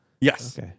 Yes